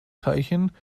teilchen